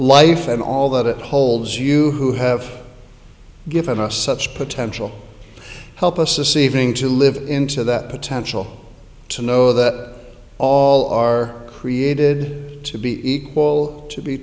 life and all that it holds you who have given us such potential help us this evening to live into that potential to know that all are created to be equal to be